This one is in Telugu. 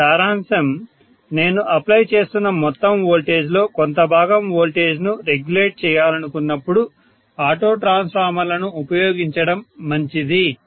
దీని సారాంశం నేను అప్లై చేస్తున్న మొత్తం వోల్టేజ్ లో కొంత భాగం వోల్టేజ్ ను రెగ్యులేట్ చేయాలనుకున్నప్పుడు ఆటో ట్రాన్స్ఫార్మర్లను ఉపయోగించడం మంచిది